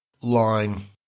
line